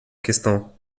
questão